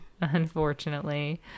Unfortunately